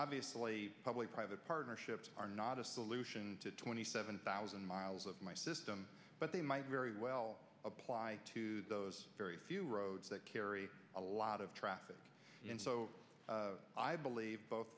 obviously public private partnerships are not a solution to twenty seven thousand miles of my system but they might very well apply to those very few roads that carry a lot of traffic and so i believe both